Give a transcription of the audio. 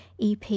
EP